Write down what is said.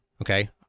Okay